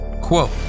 Quote